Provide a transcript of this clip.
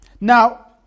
Now